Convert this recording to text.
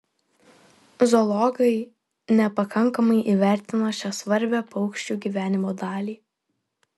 zoologai nepakankamai įvertino šią svarbią paukščių gyvenimo dalį